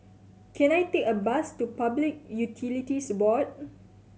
can I take a bus to Public Utilities Board